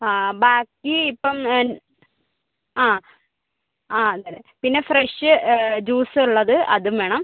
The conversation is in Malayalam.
ആ ബാക്കി ഇപ്പം ആ ആ അതെ പിന്നെ ഫ്രഷ് ജ്യൂസ് ഉള്ളത് അതും വേണം